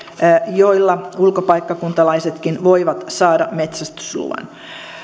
joilla ulkopaikkakuntalaisetkin voivat saada metsästysluvan